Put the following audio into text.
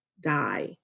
die